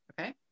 okay